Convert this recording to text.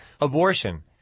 abortion